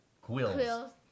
Quills